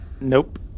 nope